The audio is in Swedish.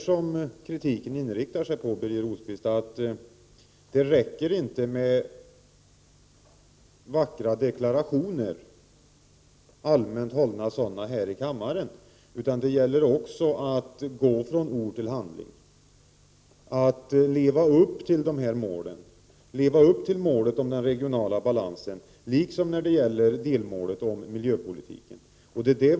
Vad kritiken riktar sig mot, Birger Rosqvist, är att det inte räcker med vackra, allmänt hållna deklarationer här i kammaren, utan det gäller också att gå från ord till handling. Vi skall leva upp till målen för den regionala balansen liksom till målen för miljöpolitiken.